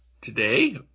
Today